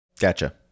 Gotcha